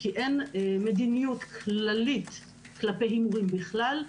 כי אין מדיניות כללית כלפי הימורים בכלל,